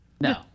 no